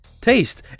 taste